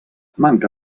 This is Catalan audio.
manca